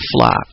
flock